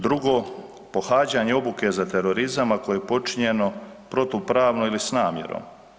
Drugo, pohađanje obuke za terorizam, ako je počinjeno protupravno ili s namjerom.